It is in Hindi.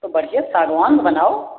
तो बढ़िया सागवान में बनाओ